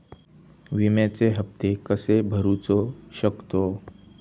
विम्याचे हप्ते कसे भरूचो शकतो?